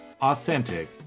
authentic